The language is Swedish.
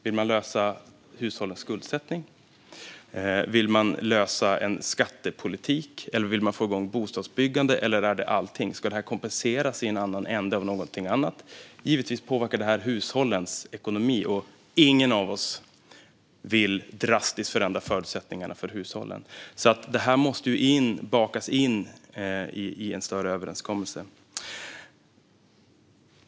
Vill man lösa hushållens skuldsättning? Vill man lösa en skattepolitisk fråga? Vill man få igång bostadsbyggande? Är det allting? Ska det här kompenseras i en annan ände av någonting annat? Givetvis påverkar detta hushållens ekonomi, och ingen av oss vill drastiskt förändra förutsättningarna för hushållen. Det här måste därför bakas in i en större överenskommelse.